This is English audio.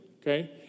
okay